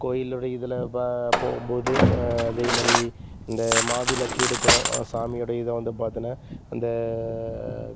கோயிலுடைய இதில் இப்போ போகும் போது அதே மாதிரி இந்த மாவிளக்கு எடுக்கிறோம் சாமியோடைய இதை வந்து பார்த்தோன்னா அந்த